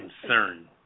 concern